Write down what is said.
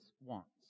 wants